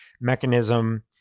mechanism